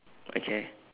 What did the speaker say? okay